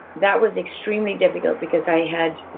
that was extremely difficult, because i had